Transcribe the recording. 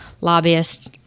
lobbyists